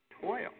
toil